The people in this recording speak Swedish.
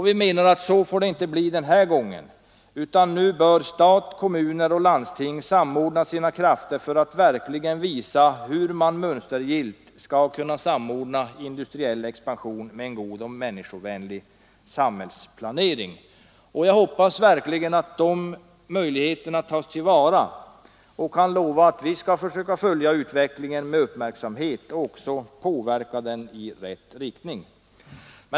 Vi menar att så får det inte bli den här gången, utan nu bör stat, kommuner och landsting samordna sina krafter för att verkligen visa hur man mönstergillt kan samordna industriell expansion med en god och människovänlig samhällsplanering. Jag hoppas att de möjligheterna tas till vara och kan lova att vi skall följa utvecklingen med uppmärksamhet och också försöka påverka den i rätt riktning.